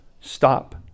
stop